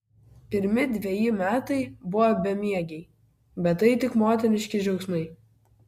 pirmi dveji metai buvo bemiegiai bet tai tik motiniški džiaugsmai